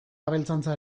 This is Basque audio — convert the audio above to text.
abeltzaintza